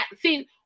see